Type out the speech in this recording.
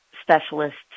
specialists